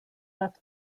left